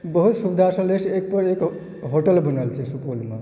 बहुत सुविधा से लेश एक पर एक होटल बनल छै सुपौलमे